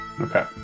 Okay